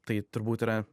tai turbūt yra